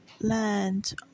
land